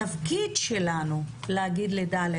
התפקיד שלנו להגיד ל-ד'